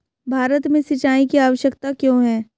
भारत में सिंचाई की आवश्यकता क्यों है?